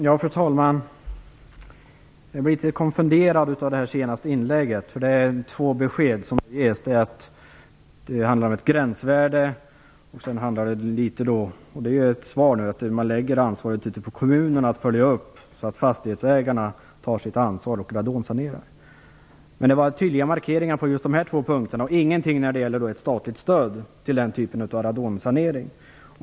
Fru talman! Jag blev litet konfunderad av det senaste inlägget. Två besked ges ju här. Det handlar alltså om ett gränsvärde och litet grand om - och det är ett svar - att man lägger ansvaret på kommunerna när det gäller att följa upp att fastighetsägarna tar sitt ansvar och radonsanerar. Det är tydliga markeringar på just nämnda två punkter. Men ingenting sägs om statligt stöd till den här typen av radonsanering.